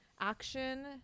action